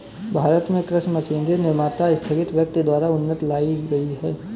भारत में कृषि मशीनरी निर्माता स्थगित व्यक्ति द्वारा उन्नति लाई गई है